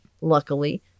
luckily